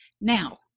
Now